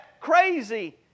crazy